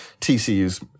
TCU's